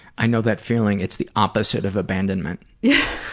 i know that feeling. it's the opposite of abandonment. yeah.